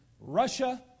Russia